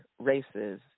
races